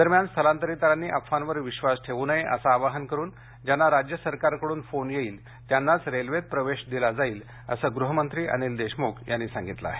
दरम्यान स्थलांतरितांनी अफवांवर विश्वास ठेवू नये असं आवाहन करुन ज्यांना राज्य सरकारकडून फोन येईल त्यांनाच रेल्वेत प्रवेश दिला जाईल असं गृहमंत्री अनिल देशमुख यांनी सांगितलं आहे